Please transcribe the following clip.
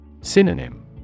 Synonym